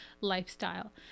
lifestyle